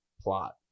plot